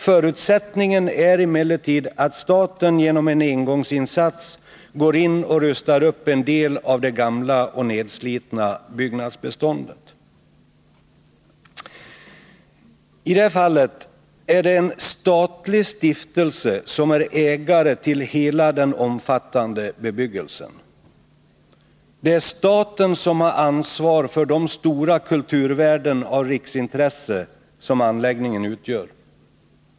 Förutsättningen är emellertid att staten genom en engångsinsats går in och rustar upp en del av det gamla och nedslitna byggnadsbeståndet. I detta fall är det en statlig stiftelse som är ägare till hela den omfattande bebyggelsen. Det är staten som har ansvar för de stora kulturvärden av riksintresse som anläggningen utgör.